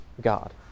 God